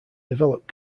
developed